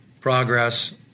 progress